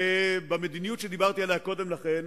ובמדיניות שדיברתי עליה קודם לכן